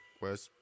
west